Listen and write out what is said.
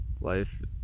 life